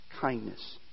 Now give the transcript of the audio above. kindness